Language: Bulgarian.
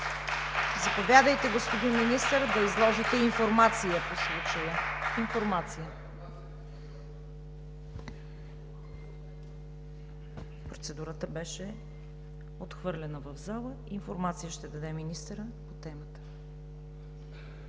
Заповядайте, господин Министър, да изложите информация по случая. Процедурата беше отхвърлена в залата. Министърът ще даде информация по темата.